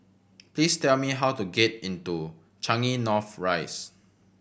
please tell me how to get in to Changi North Rise